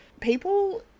people